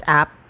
app